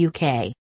UK